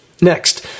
Next